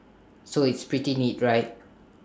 so it's pretty neat right